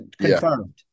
confirmed